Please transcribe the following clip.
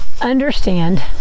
understand